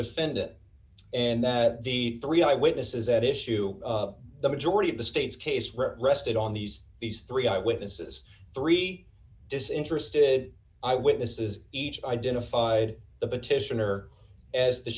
defendant and that the three eyewitnesses at issue the majority of the state's case rested on these these three eye witnesses three disinterested eye witnesses each identified the petitioner as the